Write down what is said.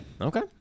Okay